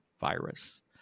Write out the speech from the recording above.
virus